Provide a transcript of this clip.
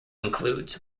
includes